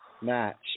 match